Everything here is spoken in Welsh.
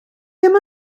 ddim